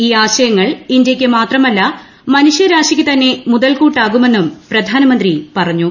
ഈ ആശയങ്ങൾ ഇന്ത്യയ്ക്ക് മാത്രമല്ല മനുഷ്യരാശിക്ക് തന്നെ മുതൽക്കൂട്ടാകുമെന്നും പ്രധാനമന്ത്രി പറഞ്ഞു